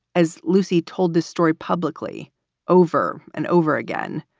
as lucy told the story publicly over and over again,